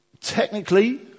technically